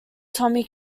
tommy